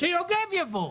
שיוגב יבוא.